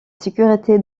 sécurité